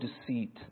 deceit